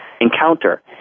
encounter